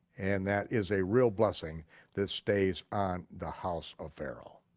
and that is a real blessing that stays on the house of pharaoh.